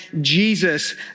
Jesus